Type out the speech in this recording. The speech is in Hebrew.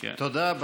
תודה.